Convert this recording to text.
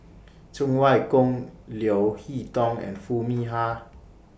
Cheng Wai Keung Leo Hee Tong and Foo Mee Har